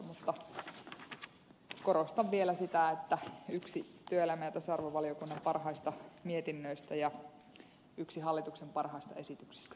mutta korostan vielä sitä että tämä on yksi työelämä ja tasa arvovaliokunnan parhaista mietinnöistä ja yksi hallituksen parhaista esityksistä